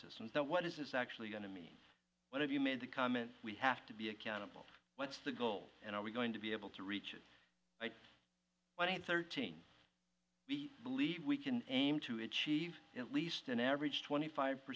system so what is actually going to me what have you made the comment we have to be accountable what's the goal and are we going to be able to reach it one hundred thirteen believe we can aim to achieve at least an average twenty five per